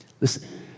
Listen